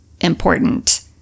important